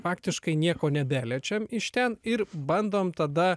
faktiškai nieko nebeliečiam iš ten ir bandom tada